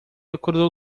acordou